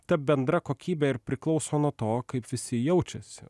ta bendra kokybė ir priklauso nuo to kaip visi jaučiasi